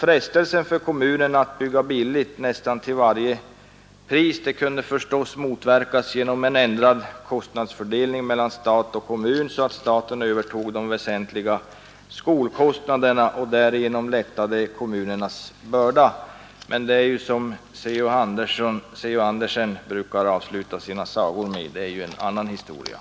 Frestelsen för kommunerna att nästan till varje pris bygga billigt kunde visserligen motverkas genom en ändrad kostnadsfördelning mellan stat och kommun, så att staten övertog de väsentliga skolkostnaderna och därigenom lättade kommunernas börda — ”men det är en annan historia”, som Rudyard Kipling sade.